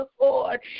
Lord